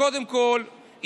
קודם כול,